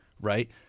Right